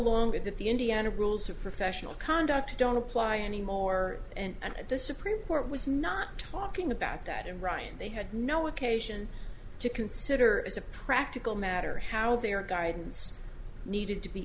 longer that the indiana rules of professional conduct don't apply anymore and that the supreme court was not talking about that in writing they had no occasion to consider as a practical matter how their guidance needed to be